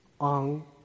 on